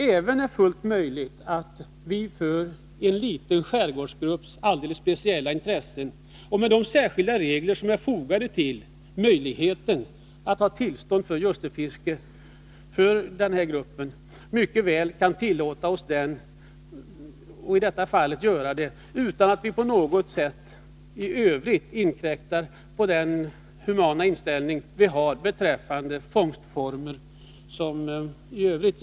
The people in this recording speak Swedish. Det är fullt möjligt att för en liten skärgårdsgrupps alldeles speciella intressen, med de särskilda regler som är fogade till möjligheten att få tillstånd till ljusterfiske, göra detta — utan att på något sätt inkräkta på den humana inställning vi har beträffande fångstformer i övrigt.